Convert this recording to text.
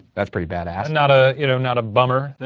that's pretty badass. not ah you know not a bummer. no,